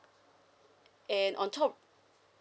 and on top